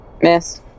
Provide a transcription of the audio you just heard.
Miss